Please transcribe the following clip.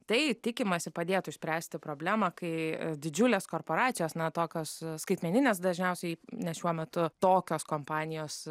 tai tikimasi padėtų išspręsti problemą kai didžiulės korporacijos na tokios skaitmeninės dažniausiai nes šiuo metu tokios kompanijos